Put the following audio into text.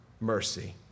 mercy